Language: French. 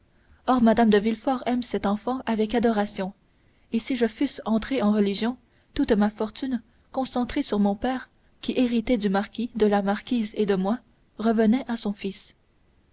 or mme de villefort aime cet enfant avec adoration et si je fusse entrée en religion toute ma fortune concentrée sur mon père qui héritait du marquis de la marquise et de moi revenait à son fils